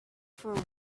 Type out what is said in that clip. for